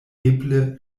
eble